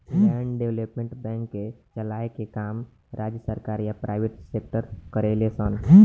land development bank के चलाए के काम राज्य सरकार या प्राइवेट सेक्टर करेले सन